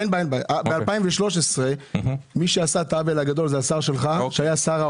את האפשרות להורדת האינפלציה ככל שאנו יכולים